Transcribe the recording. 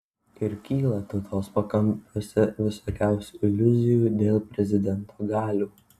ir kyla tautos pakampiuose visokiausių iliuzijų dėl prezidento galių